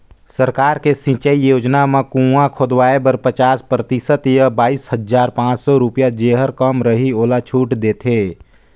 सरकार के सिंचई योजना म कुंआ खोदवाए बर पचास परतिसत य बाइस हजार पाँच सौ रुपिया जेहर कम रहि ओला छूट देथे